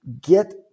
get